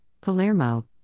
Palermo